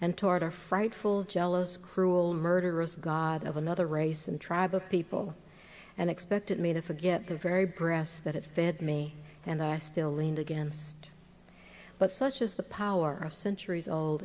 and toward a frightful jealous cruel murderous god of another race and tribe of people and expect me to forget the very breasts that it fed me and i still leaned against but such is the power of centuries old